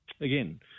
again